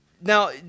now